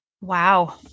Wow